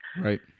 right